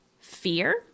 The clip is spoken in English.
fear